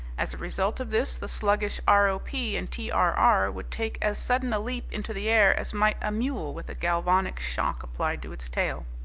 as a result of this, the sluggish r o p. and t r r. would take as sudden a leap into the air as might a mule with a galvanic shock applied to its tail.